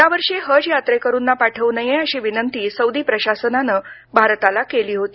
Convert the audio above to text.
या वर्षी हज यात्रेकरूना पाठवू नये अशी विनंती सौदी प्रशासनानं भारताला केली होती